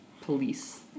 police